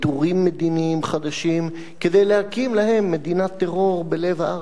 ויתורים מדיניים חדשים כדי להקים להם מדינת טרור בלב הארץ.